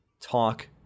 talk